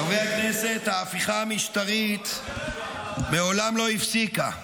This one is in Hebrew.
חברי הכנסת, ההפיכה המשטרית מעולם לא הפסיקה,